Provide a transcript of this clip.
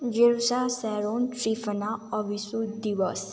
जेरुसा स्यारोन ट्रिफना अभिसू दिवस